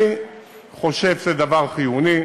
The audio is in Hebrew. אני חושב שזה דבר חיוני,